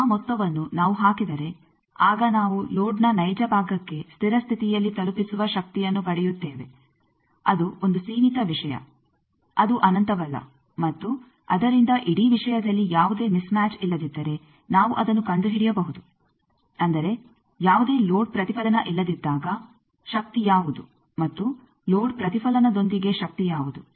ಆ ಮೊತ್ತವನ್ನು ನಾವು ಹಾಕಿದರೆ ಆಗ ನಾವು ಲೋಡ್ನ ನೈಜ ಭಾಗಕ್ಕೆ ಸ್ಥಿರ ಸ್ಥಿತಿಯಲ್ಲಿ ತಲುಪಿಸುವ ಶಕ್ತಿಯನ್ನು ಪಡೆಯುತ್ತೇವೆ ಅದು ಒಂದು ಸೀಮಿತ ವಿಷಯ ಅದು ಅನಂತವಲ್ಲ ಮತ್ತು ಅದರಿಂದ ಇಡೀ ವಿಷಯದಲ್ಲಿ ಯಾವುದೇ ಮಿಸ್ ಮ್ಯಾಚ್ ಇಲ್ಲದಿದ್ದರೆ ಅದನ್ನು ನಾವು ಕಂಡುಹಿಡಿಯಬಹುದು ಅಂದರೆ ಯಾವುದೇ ಲೋಡ್ ಪ್ರತಿಫಲನ ಇಲ್ಲದಿದ್ದಾಗ ಶಕ್ತಿ ಯಾವುದು ಮತ್ತು ಲೋಡ್ ಪ್ರತಿಫಲನದೊಂದಿಗೆ ಶಕ್ತಿ ಯಾವುದು